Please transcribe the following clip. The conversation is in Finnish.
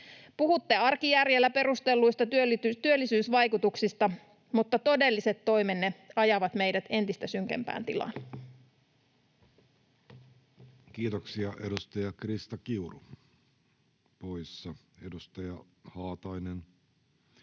Puhutte arkijärjellä perustelluista työllisyysvaikutuksista, mutta todelliset toimenne ajavat meidät entistä synkempään tilaan. [Speech 465] Speaker: Jussi Halla-aho